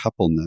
coupleness